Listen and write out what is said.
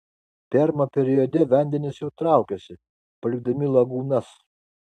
permo periode vandenys jau traukiasi palikdami lagūnas